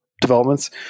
developments